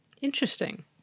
Interesting